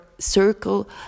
circle